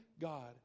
God